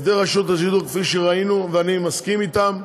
עובדי רשות השידור, כפי שראינו, ואני מסכים אתם,